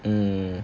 mm